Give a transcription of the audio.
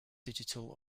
digital